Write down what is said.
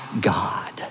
God